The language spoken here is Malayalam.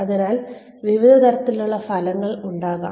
അതിനാൽ വിവിധ തരത്തിലുള്ള ഫലങ്ങൾ ഉണ്ടാകാം